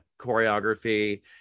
choreography